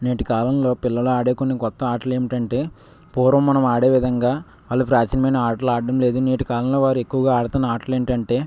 నేటి కాలంలో పిల్లల ఆడే కొన్ని కొత్త ఆటలు ఏమిటంటే పూర్వం మనం ఆడే విధంగా వాళ్ళు ప్రాచీనమైన ఆటలు ఆడటంలేదు నేటి కాలంలో వారు ఎక్కువగా ఆడుతున్న ఆటలు ఏంటంటే